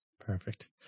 Perfect